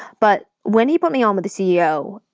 but when he put me on with the ceo,